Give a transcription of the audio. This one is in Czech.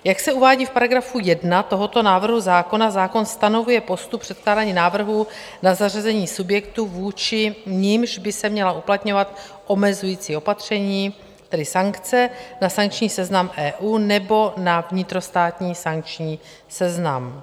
Jak se uvádí v § 1 tohoto návrhu zákona, zákon stanovuje postup předkládání návrhů na zařazení subjektů, vůči nimž by se měla uplatňovat omezující opatření, tedy sankce, na sankční seznam EU nebo na vnitrostátní sankční seznam.